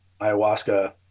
Ayahuasca